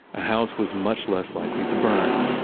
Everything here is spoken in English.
a house was much less likely to burn.